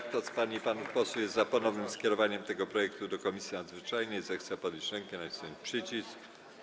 Kto z pań i panów posłów jest za ponownym skierowaniem tego projektu do Komisji Nadzwyczajnej, zechce podnieść rękę i nacisnąć przycisk.